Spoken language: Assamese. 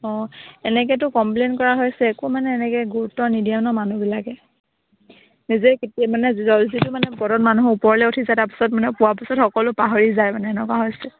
অঁ এনেকেতো কমপ্লেইন কৰা হৈছে একো মানে এনেকৈ গুৰুত্ব নিদিয়ে ন মানুহবিলাকে নিজে কেতিয়া মানে জল যিটো মানে ৱাৰ্ডত মানুহ ওপৰলৈ উঠি যায় তাৰপিছত মানে পোৱাৰ পিছত সকলো পাহৰি যায় মে এনেকুৱা হৈছে